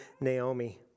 Naomi